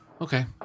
Okay